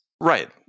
Right